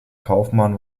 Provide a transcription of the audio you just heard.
kaufmann